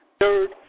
Third